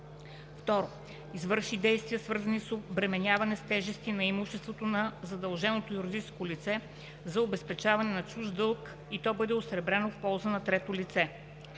2. извърши действия, свързани с обременяване с тежести на имуществото на задълженото юридическо лице за обезпечаване на чужд дълг и то бъде осребрено в полза на третото лице.